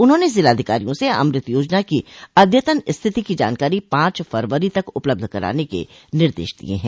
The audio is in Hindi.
उन्होंने जिलाधिकारियों से अमृत योजना की अद्यतन स्थिति की जानकारी पांच फरवरी तक उपलब्ध कराने के निर्देश दिये हैं